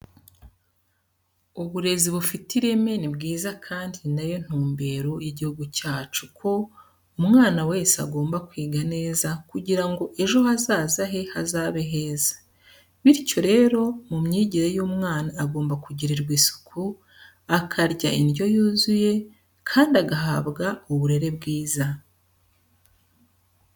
Uburezi bufite ireme ni bwiza kandi ni na yo ntumbero y'igihugu cyacu ko umwana wese agomba kwiga neza kugira ngo ejo hazaza he hazabe heza, bityo rero mu myigire y'umwana agomba kugirirwa isuku, akarya indyo yuzuye kandi agahabwa n'uburere bwiza.